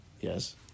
Yes